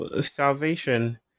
salvation